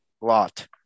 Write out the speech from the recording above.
lot